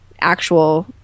actual